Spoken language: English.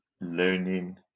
learning